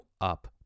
up